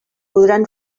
podran